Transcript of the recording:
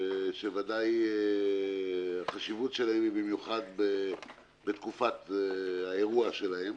שבוודאי החשיבות שלהם היא במיוחד בתקופת האירוע שלהם.